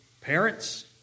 parents